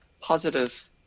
positive